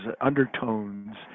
undertones